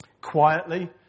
Quietly